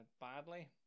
badly